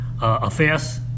affairs